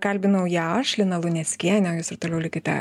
kalbinau ją aš lina luneckienė jūs ir toliau likite